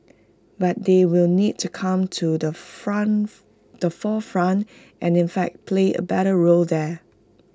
but they will need to come to the front the forefront and in fact play A better role there